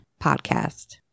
podcast